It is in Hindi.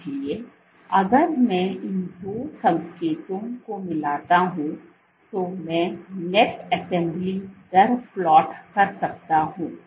इसलिए अगर मैं इन दो संकेतों को मिलाता हूं तो मैं नेट असेंबली दर प्लॉट कर सकता हूं